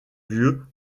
lieu